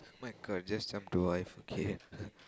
!my god! just jump to wife okay